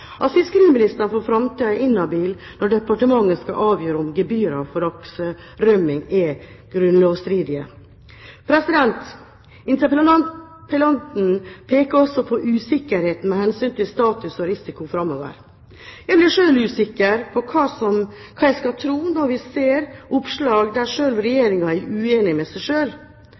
at fiskeriministeren for framtiden er inhabil når departementet skal avgjøre om gebyrene for lakserømming er grunnlovsstridige. Interpellanten peker også på usikkerheten med hensyn til status og risiko framover. Jeg blir selv usikker på hva jeg skal tro når vi ser oppslag der selv Regjeringen er uenig med seg